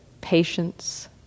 patience